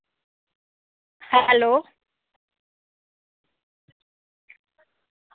hello